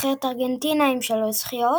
נבחרת ארגנטינה עם שלוש זכיות.